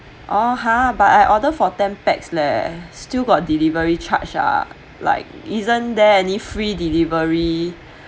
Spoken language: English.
orh !huh! but I order for ten pax leh still got delivery charge ah like isn't there any free delivery